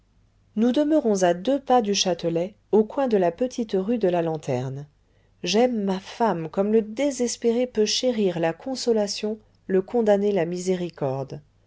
nous demeurons à deux pas du châtelet au coin de la petite rue de la lanterne j'aime ma femme comme le désespéré peut chérir la consolation le condamné la miséricorde